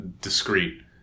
discreet